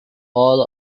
all